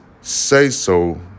say-so